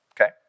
Okay